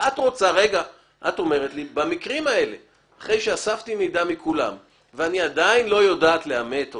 את אומרת לי שאת המקרים האלה שאת לא יכולה לאמת או